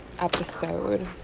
episode